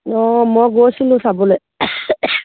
অঁ মই গৈছিলোঁ চাবলৈ